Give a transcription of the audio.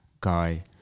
guy